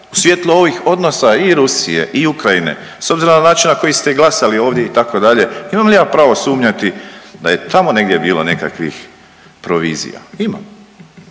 u svjetlu ovih odnosa i Rusije i Ukrajine s obzirom na način na koji ste glasali ovdje itd., imam li ja pravo sumnjati da je tamo negdje bilo nekakvih provizija? Imam